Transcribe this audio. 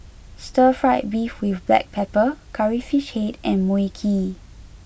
Stir Fried Beef with Black Pepper Curry Fish Head and Mui Kee